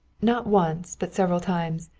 not once, but several times.